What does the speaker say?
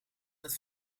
het